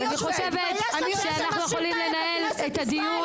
אני חושבת שאנחנו יכולים לנהל את הדיון.